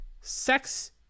sex